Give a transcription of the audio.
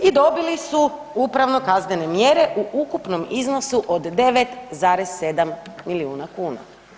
I dobili su upravno kaznene mjere u ukupnom iznosu od 9,7 milijuna kuna.